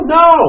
no